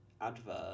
advert